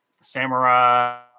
Samurai